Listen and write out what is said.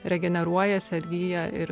regeneruojasi atgyja ir